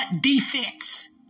defense